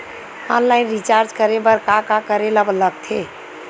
Online recharge करे बर का का करे ल लगथे?